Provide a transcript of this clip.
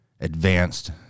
advanced